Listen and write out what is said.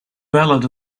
ballad